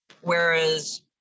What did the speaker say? whereas